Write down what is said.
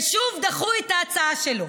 ושוב דחו את ההצעה שלו.